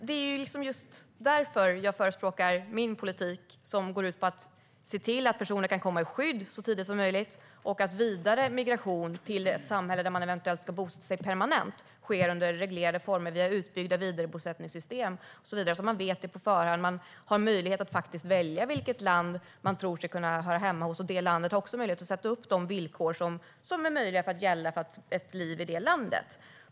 Herr talman! Det är just därför jag förespråkar min politik. Den går ut på att se till att personer kan komma i skydd så tidigt som möjligt. Vidare migration till ett samhälle där de eventuellt ska bosätta sig permanent sker under reglerade former via utbyggda vidarebosättningssystem och så vidare. De vet på förhand och har möjlighet att välja vilket land de tror sig kunna höra hemma hos. Det landet har också möjlighet att sätta upp de villkor som gäller för ett liv i det landet.